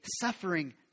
suffering